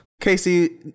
Casey